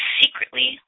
secretly